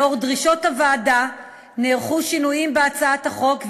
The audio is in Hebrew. לאור דרישות הוועדה נערכו שינויים בהצעת החוק,